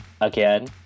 again